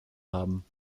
haben